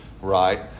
right